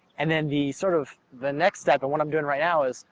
and then the sort of the next step, and what i'm doing right now is,